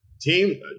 team